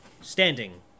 Standing